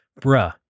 bruh